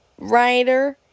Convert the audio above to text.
writer